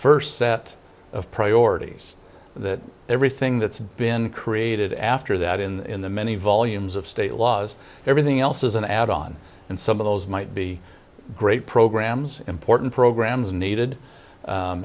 first set of priorities that everything that's been created after that in the many volumes of state laws and thing else is an add on and some of those might be great programs important programs needed